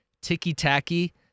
ticky-tacky